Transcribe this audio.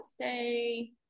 say